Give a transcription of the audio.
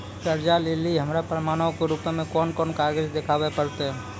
कर्जा लै लेली हमरा प्रमाणो के रूपो मे कोन कोन कागज देखाबै पड़तै?